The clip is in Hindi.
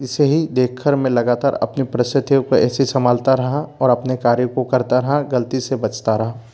इसे ही देखकर मैं लगातार अपने परिस्थितियों को ऐसे ही संभालता रहा और अपने कार्य को करता रहाँ गलती से बचता रहा